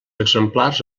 exemplars